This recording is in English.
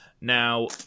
Now